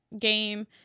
game